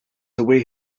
away